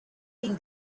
that